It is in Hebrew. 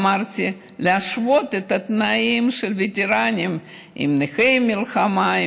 אמרתי להשוות את התנאים של הווטרנים לאלה של נכי מלחמה,